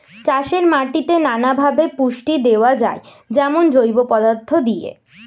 চাষের মাটিতে নানা ভাবে পুষ্টি দেওয়া যায়, যেমন জৈব পদার্থ দিয়ে